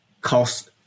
cost